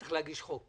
צריך להגיש הצעת חוק,